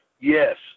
Yes